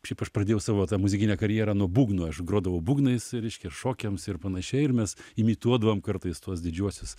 šiaip aš pradėjau savo tą muzikinę karjerą nuo būgnų aš grodavau būgnais reiškia šokiams ir panašiai ir mes imituodavom kartais tuos didžiuosius